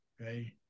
Okay